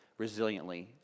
resiliently